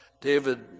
David